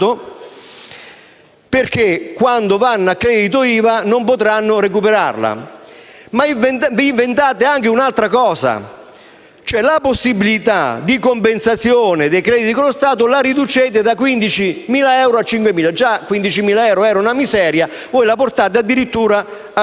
perché quando vanno a credito IVA non potranno recuperarla. Vi inventate anche un'altra cosa: riducete la possibilità di compensazione dei crediti con lo Stato da 15.000 a 5.000 euro. Già 15.000 euro erano una miseria e voi portate ora la cifra addirittura a 5.000 euro.